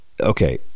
Okay